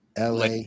LA